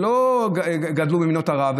שלא גדלו במדינות ערב,